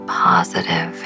positive